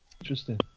interesting